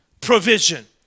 provision